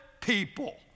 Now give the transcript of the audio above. people